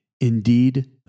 Indeed